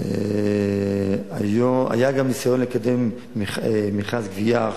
היה גם ניסיון לקדם מכרז גבייה,